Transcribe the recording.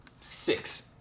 six